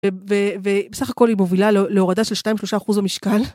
ובסך הכל היא מובילה להורדה של 2-3 אחוז המשקל.